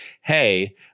hey